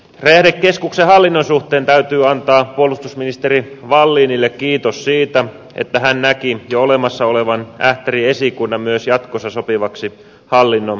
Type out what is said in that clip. räjähdekeskuksen hallinnon suhteen täytyy antaa puolustusministeri wallinille kiitos siitä että hän näki jo olemassa olevan ähtärin esikunnan myös jatkossa sopivaksi hallinnon keskukseksi